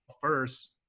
first